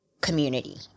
community